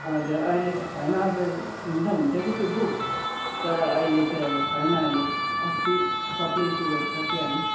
हजुर अहिले होइन अझै हुन त हुन्छ कि त्यो बुक तर अहिले चाहिँ अब छैन अहिले अस्ति सबैले इस्यू गरिसकिहाल्यो